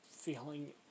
feeling